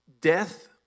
death